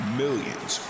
millions